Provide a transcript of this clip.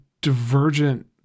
divergent